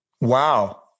Wow